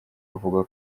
avuga